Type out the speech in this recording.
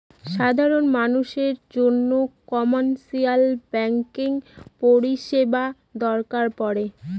সাধারন মানুষের জন্য কমার্শিয়াল ব্যাঙ্কিং পরিষেবা দরকার পরে